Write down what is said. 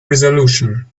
resolution